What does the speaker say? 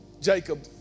Jacob